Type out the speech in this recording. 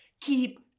keep